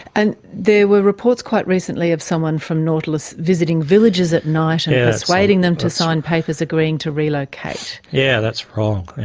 and there were reports quite recently of someone from nautilus visiting villagers at night and persuading them to sign papers agreeing to relocate. yes, yeah that's wrong.